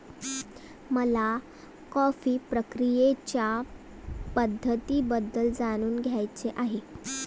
मला कॉफी प्रक्रियेच्या पद्धतींबद्दल जाणून घ्यायचे आहे